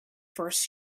first